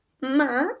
Ma